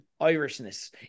Irishness